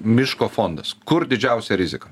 miško fondas kur didžiausia rizika